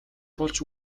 болж